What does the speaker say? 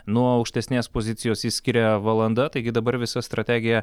nuo aukštesnės pozicijos jį skiria valanda taigi dabar visa strategija